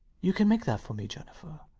you can make that for me, jennifer.